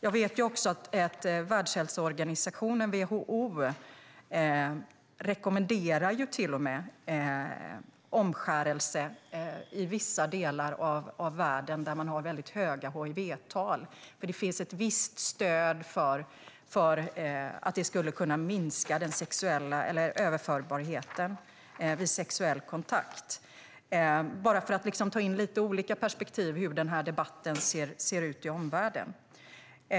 Jag vet att Världshälsoorganisationen, WHO, till och med rekommenderar omskärelse i vissa delar av världen där det finns mycket höga hiv-tal. Det finns ett visst stöd för att det skulle minska överförbarheten vid sexuell kontakt. Allt detta är sagt för att ta in lite olika perspektiv på hur debatten ser ut i omvärlden.